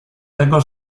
tego